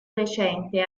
recente